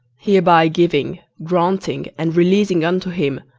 hereby giving, granting, and releasing unto him,